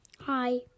Hi